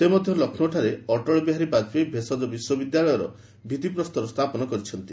ସେ ମଧ୍ୟ ଲକ୍ଷ୍ରୌଠାରେ ଅଟଳବିହାରୀ ବାଜପେୟୀ ଭେଷଜ ବିଶ୍ୱବିଦ୍ୟାଳୟର ଭିଭିପ୍ରସ୍ତର ସ୍ଥାପନ କରିଛନ୍ତି